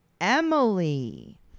Emily